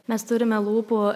mes turime lūpų